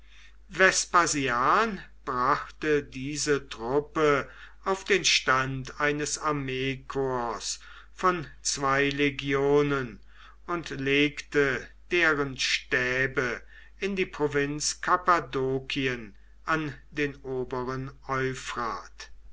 vespasian brachte diese truppe auf den stand eines armeekorps von zwei legionen und legte deren stäbe in die provinz kappadokien an den oberen